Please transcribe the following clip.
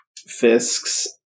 Fisk's